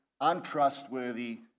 untrustworthy